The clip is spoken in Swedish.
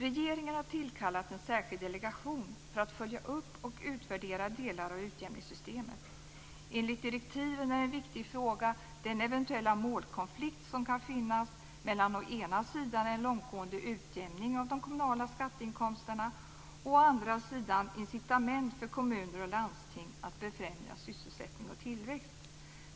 Regeringen har tillkallat en särskild delegation för att följa upp och utvärdera delar av utjämningssystemet. Enligt direktiven är en viktig fråga den eventuella målkonflikt som kan finnas mellan å ena sidan en långtgående utjämning av de kommunala skatteinkomsterna och å andra sidan incitament för kommuner och landsting att befrämja sysselsättning och tillväxt.